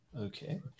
okay